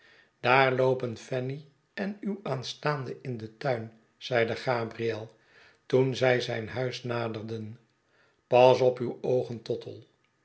daar loopen fanny en uw aanstaande in den tuin zeide gabriel toen zij zyn huis naderden pas op uw oogen tottle